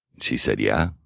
she said, yeah.